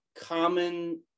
common